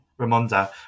Ramonda